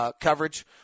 Coverage